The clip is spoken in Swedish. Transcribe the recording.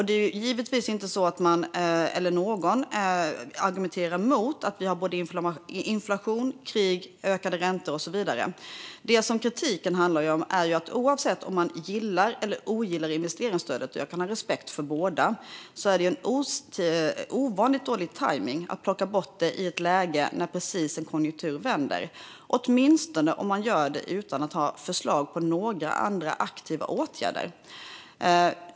Det är givetvis inte så att någon argumenterar emot att vi har både inflation, krig, ökade räntor och så vidare. Det som kritiken handlar om är att oavsett om man gillar eller ogillar investeringsstödet - jag kan ha respekt för båda - är det ovanligt dålig tajmning att plocka bort det i ett läge där konjunkturen precis vänder, åtminstone om man gör det utan att ha några förslag på andra aktiva åtgärder.